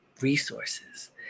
resources